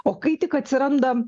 o kai tik atsirandam